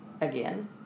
again